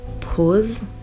pause